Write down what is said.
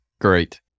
Great